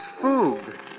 food